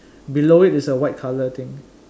below it is a white color thing